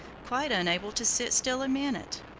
quite unable to sit still a minute.